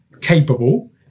capable